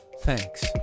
Thanks